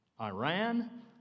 Iran